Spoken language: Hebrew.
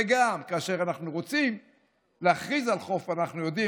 וגם כאשר אנחנו רוצים להכריז על חוף אנחנו יודעים,